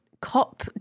cop